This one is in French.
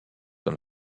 dans